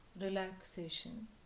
Relaxation